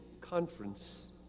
conference